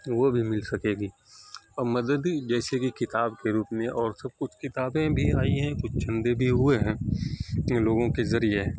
وہ بھی مل سکے گی اور مدد بھی جیسے کہ کتاب کے روپ میں اور سب کچھ کتابیں بھی آئی ہیں کچھ چندے بھی ہوئے ہیں لوگوں کے ذریعے